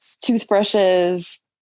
toothbrushes